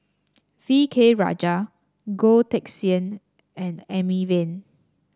V K Rajah Goh Teck Sian and Amy Van